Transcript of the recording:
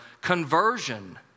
conversion